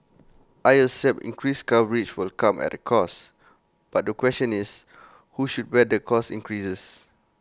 I accept increased coverage will come at A cost but the question is who should bear the cost increases